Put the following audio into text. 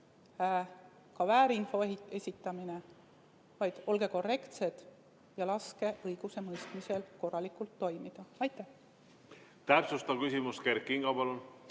ka väärinfo esitamine. Olge korrektsed ja laske õigusemõistmisel korralikult toimida. Täpsustav küsimus. Kert Kingo, palun!